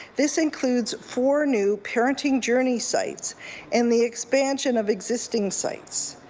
this includes four new parenting journey sites and the expansion of existing sites.